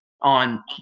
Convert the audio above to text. on